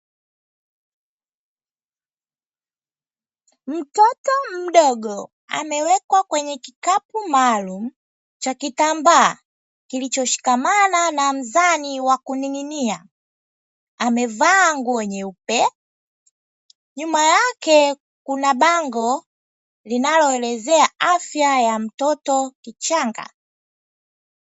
Mtoto mdogo amewekwa kwenye kikapu maalumu cha kitambaa kilichoshikamana na mzani wa kuning'inia ,amevaa nguo nyeupe, nyuma yake kuna bango linaloelezea afya ya mtoto kichanga .